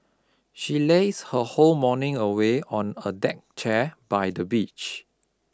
she lazed her whole morning away on a deck chair by the beach